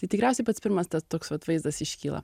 tai tikriausiai pats pirmas tas toks vat vaizdas iškyla